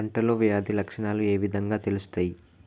పంటలో వ్యాధి లక్షణాలు ఏ విధంగా తెలుస్తయి?